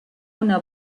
una